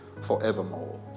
forevermore